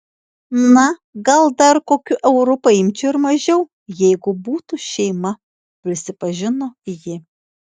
na gal dar kokiu euru paimčiau ir mažiau jeigu būtų šeima prisipažino ji